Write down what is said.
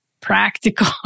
practical